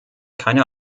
keine